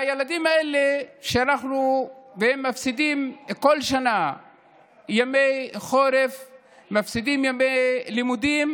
הילדים האלה בכל שנה בימי החורף מפסידים ימי לימודים,